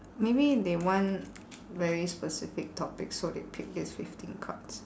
maybe they want very specific topics so they pick these fifteen cards